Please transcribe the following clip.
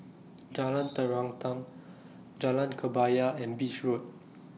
Jalan Terentang Jalan Kebaya and Beach Road